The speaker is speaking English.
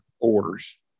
orders